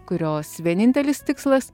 kurios vienintelis tikslas